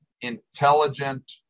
intelligent